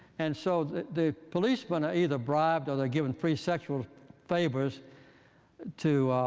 and so the policemen either bribed or they're given free sexual favors to